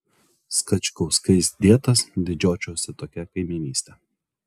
skačkauskais dėtas didžiuočiausi tokia kaimynyste